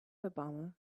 obama